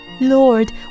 Lord